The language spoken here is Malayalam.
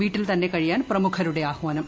വീട്ടിൽ തന്നെ കഴിയാൻ പ്രമുഖരുടെ ആഹ്വാനം